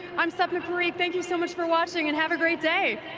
i'm sapna parikh, thank you so much for watching and have a great day!